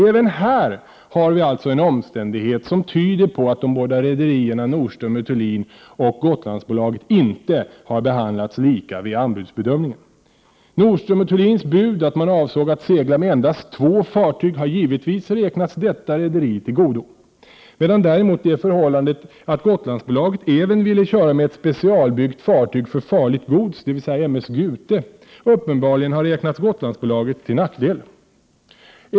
Även här har vi alltså en omständighet som tyder på att de båda rederierna Nordstöm & Thulin och Gotlandsbolaget inte har behandlats lika vid anbudsbedömningen. Nordström & Thulins bud, som innebar att man avsåg att segla med endast två fartyg, har givetvis räknats rederiet till godo, medan däremot det förhållandet att Gotlandsbolaget även ville köra med ett specialbyggt fartyg för farligt gods, dvs. M/S Gute, uppenbarligen har räknats Gotlandsbolaget till nackdel.